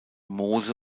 moose